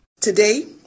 Today